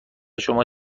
شما